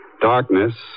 Darkness